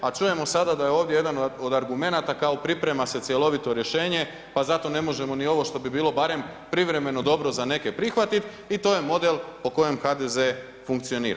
A čujemo sada da je ovdje jedan od argumenata kao priprema se cjelovito rješenje, pa zato ne možemo ni ovo što bi bilo barem privremeno dobro za neke prihvatiti i to je model po kojem HDZ-e funkcionira.